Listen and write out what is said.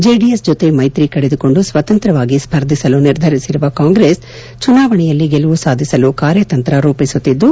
JDS ಜೊತೆ ಮೈತ್ರಿ ಕಡಿದುಕೊಂಡು ಸ್ವತಂತ್ರವಾಗಿ ಸ್ಪರ್ಧಿಸಲು ನಿರ್ಧರಿಸಿರುವ ಕಾಂಗ್ರೆಸ್ ಚುನಾವಣೆಯಲ್ಲಿ ಗೆಲುವ ಸಾಧಿಸಲು ಕಾರ್ಯತಂತ್ರ ರೂಪಿಸುತ್ತಿದ್ದು